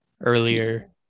earlier